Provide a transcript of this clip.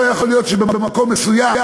לא יכול להיות שבמקום מסוים,